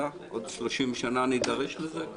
עוד 30 שנה נידרש לזה?